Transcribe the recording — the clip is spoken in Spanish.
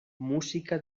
música